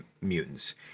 Mutants